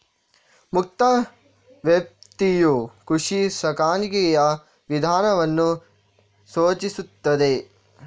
ಮುಕ್ತ ವ್ಯಾಪ್ತಿಯು ಕೃಷಿ ಸಾಕಾಣಿಕೆಯ ವಿಧಾನವನ್ನು ಸೂಚಿಸುತ್ತದೆ